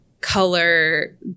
color